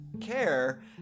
care